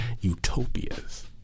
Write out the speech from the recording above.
utopias